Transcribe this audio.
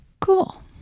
Cool